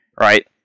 Right